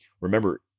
Remember